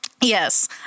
yes